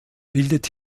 bildet